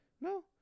No